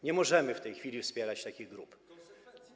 Nie możemy w tej chwili wspierać takich grup.